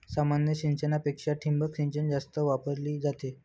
सामान्य सिंचनापेक्षा ठिबक सिंचन जास्त वापरली जाते